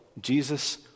Jesus